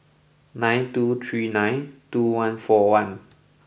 nine two three two two one four one